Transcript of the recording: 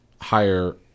higher